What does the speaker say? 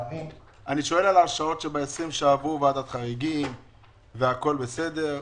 הרשאות של 2020 שעברו ועדת חריגים והכול בסדר,